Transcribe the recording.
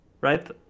right